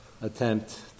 attempt